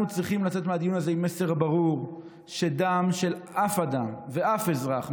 אנחנו צריכים לצאת מהדיון הזה עם מסר ברור שדם של אף אדם ואף אזרח,